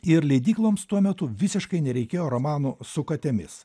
ir leidykloms tuo metu visiškai nereikėjo romanų su katėmis